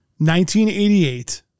1988